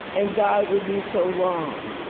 and god would be so wrong.